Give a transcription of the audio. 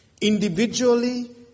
Individually